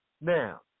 Now